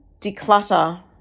declutter